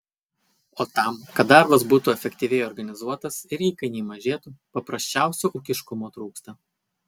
o tam kad darbas būtų efektyviai organizuotas ir įkainiai mažėtų paprasčiausio ūkiškumo trūksta